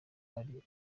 hari